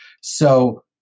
So-